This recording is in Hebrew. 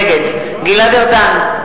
נגד גלעד ארדן,